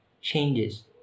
changes